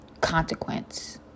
consequence